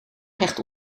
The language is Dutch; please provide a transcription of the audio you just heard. hecht